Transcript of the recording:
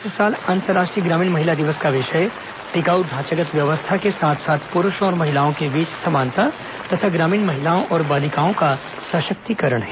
इस साल अंतर्राष्ट्रीय ग्रामीण महिला दिवस का विषय टिकाऊ ढांचागत व्यवस्था के साथ साथ पुरूषों और महिलाओं के बीच समानता तथा ग्रामीण महिलाओं और बालिकाओं का सशक्तिकरण है